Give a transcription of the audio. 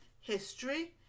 history